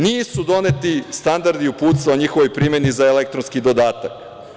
Nisu doneti standardi i uputstva o njihovoj primeni za elektronski dodatak.